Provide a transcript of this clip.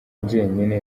njyenyine